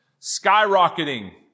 skyrocketing